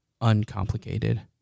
uncomplicated